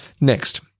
next